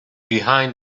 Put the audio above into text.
behind